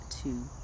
two